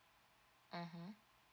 mmhmm